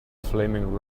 flaming